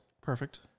Perfect